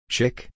Chick